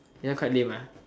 this one quite lame